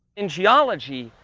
in geology,